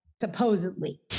supposedly